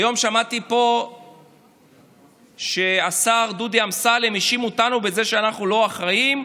היום שמעתי פה שהשר דודי אמסלם האשים אותנו בזה שאנחנו לא אחראיים.